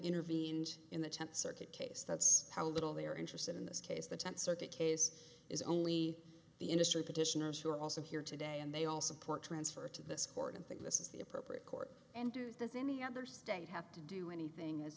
intervened in the tenth circuit case that's how little they are interested in this case the tenth circuit case is only the industry petitioners who are also here today and they all support transfer to this court and think this is the appropriate court and do this any other state have to do anything as